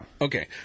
Okay